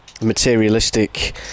materialistic